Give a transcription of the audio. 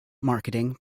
marketing